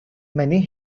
many